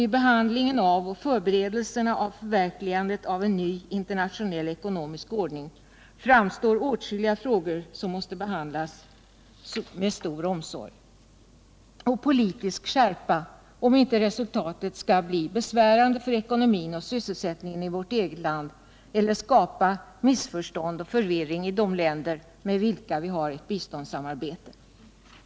Vid behandlingen av och förberedelserna för förverkligandet av en ny ekonomisk världsordning uppkommer åtskilliga frågor som måste behandlas med stor omsorg och politisk skärpa om inte resultatet skall bli besvärande för ekonomi och sysselsättning i vårt eget land eller skapa missförstånd och förvirring i de länder med vilka vi har ett biståndssamarbete.